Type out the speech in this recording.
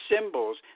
symbols